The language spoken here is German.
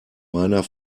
meiner